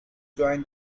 join